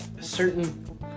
certain